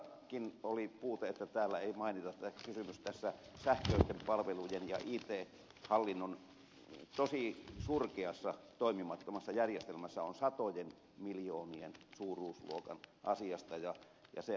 minustakin oli puute että täällä ei mainita että sähköisten palvelujen ja it hallinnon tosi surkeassa toimimattomassa järjestelmässä on satojen miljoonien suuruusluokan asiasta kyse